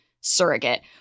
surrogate